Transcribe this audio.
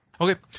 Okay